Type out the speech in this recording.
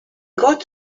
got